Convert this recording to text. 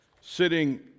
sitting